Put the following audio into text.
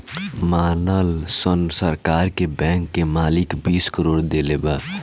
मानल सन सरकार के बैंक के मालिक बीस करोड़ देले बा